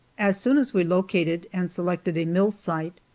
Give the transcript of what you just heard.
as soon as we located and selected a mill site,